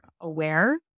aware